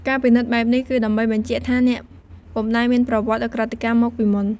ការពិនិត្យបែបនេះគឺដើម្បីបញ្ជាក់ថាអ្នកពុំដែលមានប្រវត្តិឧក្រិដ្ឋកម្មមកពីមុន។